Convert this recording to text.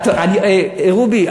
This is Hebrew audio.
רובי,